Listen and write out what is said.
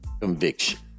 conviction